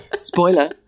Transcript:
Spoiler